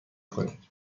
کنید